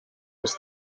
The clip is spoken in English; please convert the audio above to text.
was